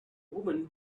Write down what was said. woman